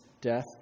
death